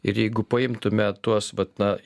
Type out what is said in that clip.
ir jeigu paimtume tuos vat na